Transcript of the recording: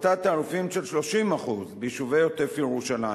הפחתת תעריפים של 30% ביישובי עוטף-ירושלים,